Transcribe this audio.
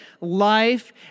life